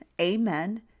Amen